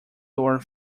door